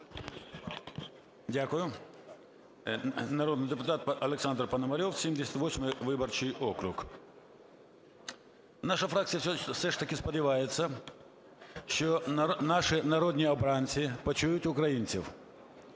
Дякую. Народний депутат Олександр Пономарьов, 78 виборчий округ. Наша фракція все ж таки сподівається, що наші народні обранці почують українців.